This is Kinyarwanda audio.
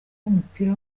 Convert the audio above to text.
w’umupira